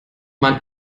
man